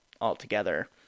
altogether